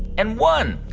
and won?